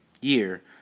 Year